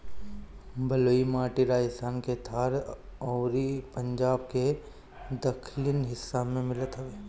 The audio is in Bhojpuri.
बलुई माटी राजस्थान के थार अउरी पंजाब के दक्खिन हिस्सा में मिलत हवे